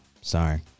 Sorry